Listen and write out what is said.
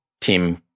team